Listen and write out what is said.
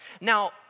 Now